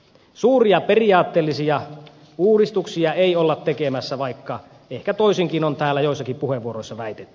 suuria periaatteellisia uudistuksia ei olla tekemässä vaikka ehkä toisinkin on täällä joissakin puheenvuoroissa väitetty